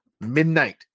Midnight